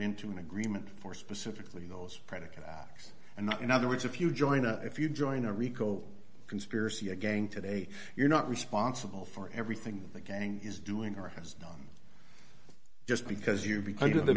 into an agreement for specifically those predicate and in other words if you join us if you join a rico conspiracy again today you're not responsible for everything the gang is doing or has done just because you become to the